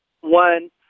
One